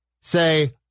say